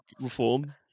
reform